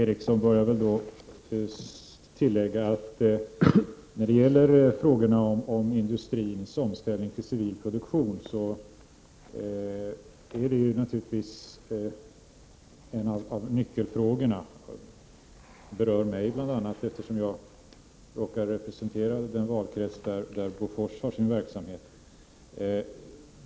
Herr talman! Till Berith Eriksson bör jag väl tillägga att industrins omställning till civil produktion naturligtvis är en av nyckelfrågorna. Frågan berör bl.a. mig, eftersom jag råkar representera den valkrets där AB Bofors har sin verksamhet.